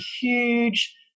huge